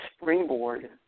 springboard